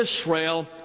Israel